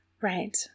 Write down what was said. Right